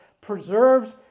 preserves